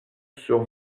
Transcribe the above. sur